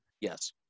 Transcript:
Yes